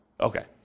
Okay